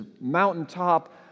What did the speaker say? mountaintop